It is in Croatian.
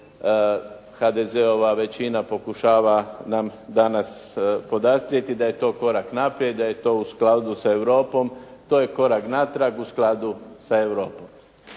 HDZ-ova većina pokušava nam danas podastrijeti, da je to korak naprijed u skladu sa Europom, to je korak natrag u skladu sa Europom.